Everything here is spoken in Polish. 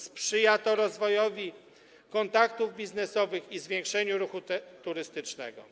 Sprzyja to rozwojowi kontaktów biznesowych i zwiększeniu ruchu turystycznego.